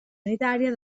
unitària